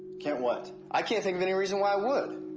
can't what? i can't think of any reason why i would.